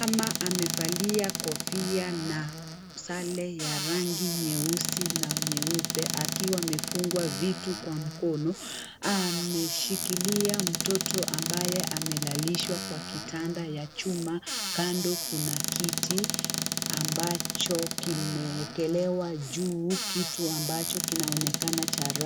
Mama amevalia kofia na sare ya rangi nyeusi na nyeupe akiwa amefungwa vitu kwa mkono ameshikilia mtoto ambaye amelalishwa kwa kitanda ya chuma kando kuna kiti ambacho kimeekelewa juu kitu ambacho kinaonekana cha rangi.